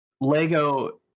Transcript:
Lego